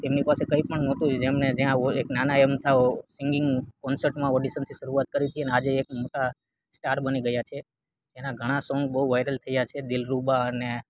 તેમની પાસે કંઈપણ નોતું જેમને જ્યાં હોય એક નાના અમથા સિંગિંગ કોન્સર્ટમાં ઓડિશનથી શરૂઆત કરી હતી અને આજે એક મોટા સ્ટાર બની ગયા છે એના ઘણા સોંગ બહુ વાયરલ થયા છે દિલરુબા અને